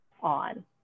on